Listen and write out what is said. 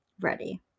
Ready